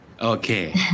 Okay